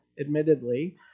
admittedly